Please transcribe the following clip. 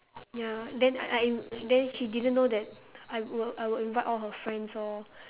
ya then I I then she didn't know that I will I will invite all her friends orh